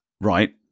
Right